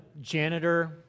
janitor